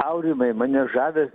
aurimai mane žavi